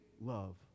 love